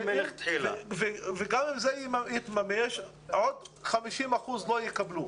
גם אם זה יתממש, עוד 50 אחוזים לא יקבלו.